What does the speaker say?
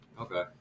Okay